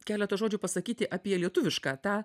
keletą žodžių pasakyti apie lietuvišką tą